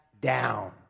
down